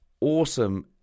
awesome